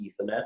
Ethernet